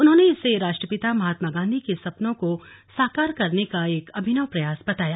उन्होंने इसे राष्ट्रपिता महात्मा गांधी के सपनों को साकार करने का एक अभिनव प्रयास बताया